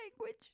language